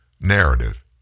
narrative